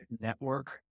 network